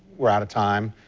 we're out of time.